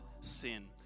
sin